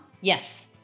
Yes